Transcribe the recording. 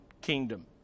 kingdom